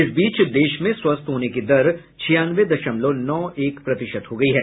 इस बीच देश में स्वस्थ होने की दर छियानवे दशमलव नौ एक प्रतिशत हो गई है